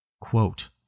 Quote